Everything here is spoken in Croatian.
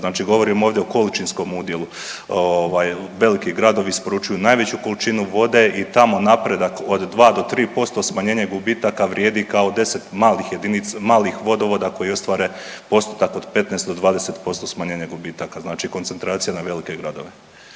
Znači govorimo ovdje o količinskom udjelu. Ovaj, veliki gradovi isporučuju najveću količinu vode i tamo napredak od 2 do 3% smanjenje gubitaka vrijedi kao 10 malih jedinica, malih vodovoda koji ostvare postotak od 15 do 20% smanjenje gubitaka. Znači koncentracija na velike gradove.